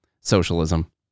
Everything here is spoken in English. socialism